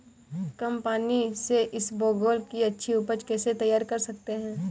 कम पानी से इसबगोल की अच्छी ऊपज कैसे तैयार कर सकते हैं?